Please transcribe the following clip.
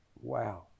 Wow